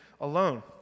alone